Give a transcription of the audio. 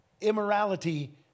immorality